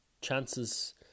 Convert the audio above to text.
chances